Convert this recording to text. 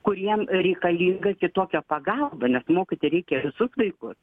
kuriem reikalinga kitokia pagalba nes mokyti reikia visus vaikus